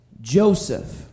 Joseph